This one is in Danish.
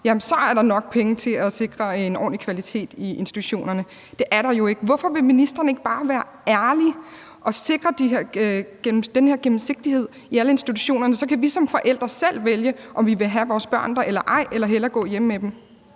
krav, er nok penge til at sikre en ordentlig kvalitet i institutionerne. Det er der jo ikke. Hvorfor vil ministeren ikke bare være ærlig og sikre den her gennemsigtighed i alle institutionerne? Så kan vi som forældre selv vælge, om vi vil have vores børn der eller ej eller hellere vil gå hjemme med dem.